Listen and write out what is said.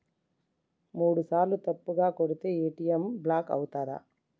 మూడుసార్ల తప్పుగా కొడితే ఏ.టి.ఎమ్ బ్లాక్ ఐతదా?